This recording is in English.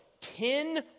ten